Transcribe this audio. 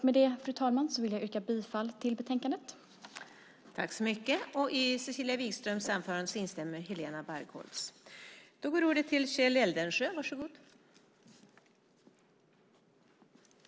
Med det, fru talman, vill jag yrka bifall till förslaget i betänkandet.